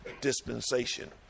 dispensation